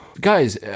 guys